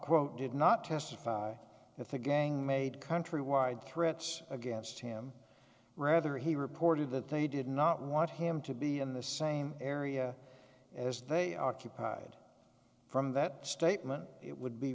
quote did not testify that the gang made countrywide threats against him rather he reported that they did not want him to be in the same area as they occupied from that statement it would be